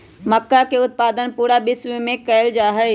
मक्का के उत्पादन पूरा विश्व में कइल जाहई